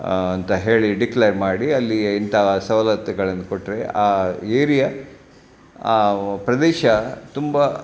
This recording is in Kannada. ಅಂತ ಹೇಳಿ ಡಿಕ್ಲೇರ್ ಮಾಡಿ ಅಲ್ಲಿ ಇಂಥ ಸವ್ಲತ್ತುಗಳನ್ನ ಕೊಟ್ಟರೆ ಆ ಏರಿಯಾ ಆ ಪ್ರದೇಶ ತುಂಬ